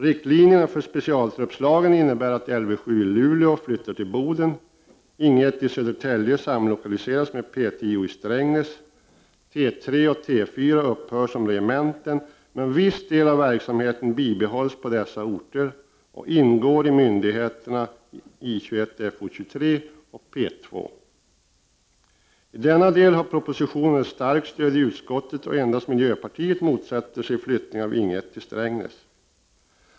Riktlinjerna för specialtruppslagen innebär att Lv7 i Luleå flyttar till Boden, att Ing 1 i Södertälje samlokaliseras I denna del har propositionen starkt stöd i utskottet, och endast miljöpartiet motsätter sig flyttning av Ing 1 till Strängnäs.